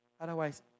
Otherwise